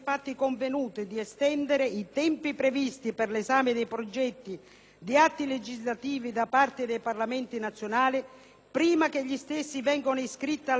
di atti legislativi da parte dei Parlamenti nazionali, prima che gli stessi vengano iscritti all'ordine del giorno del Consiglio nell'ambito di una procedura legislativa.